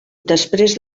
després